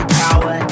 power